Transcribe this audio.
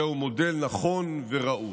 הוא מודל נכון וראוי.